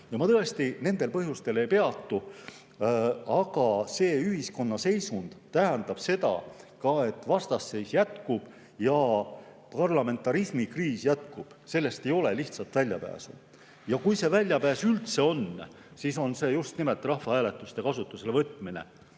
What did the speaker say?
Ma nendel põhjustel ei peatu. Aga see ühiskonna seisund tähendab seda, et vastasseis jätkub ja parlamentarismi kriis jätkub, sellest ei ole lihtsat väljapääsu. Kui see väljapääs üldse on, siis on see just nimelt rahvahääletuste kasutusele võtmine.